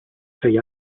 sei